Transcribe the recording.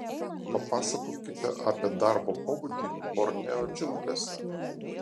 papasakokite apie darbo pobūdį borneo džiunglėse